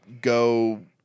go